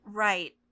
right